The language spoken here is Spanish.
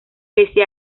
pese